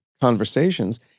conversations